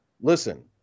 Listen